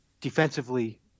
defensively